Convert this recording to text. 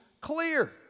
clear